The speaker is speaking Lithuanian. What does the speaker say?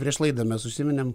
prieš laidą mes užsiminėm